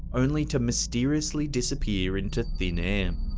only to mysteriously disappear into thin air.